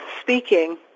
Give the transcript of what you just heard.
speaking